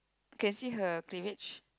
you can see her cleavage